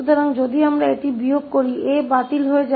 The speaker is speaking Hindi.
तो इन समीकरणों को हल करने से हमें अब क्या मिलता है